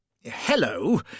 hello